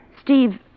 Steve